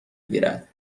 گیرد